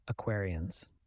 Aquarians